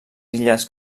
illes